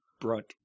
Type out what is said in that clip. brunt